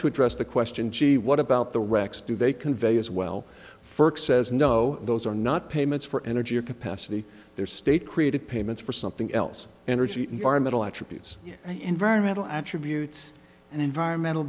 to address the question gee what about the rx do they convey as well first says no those are not payments for energy or capacity they're state created payments for something else energy environmental attributes environmental attributes and environmental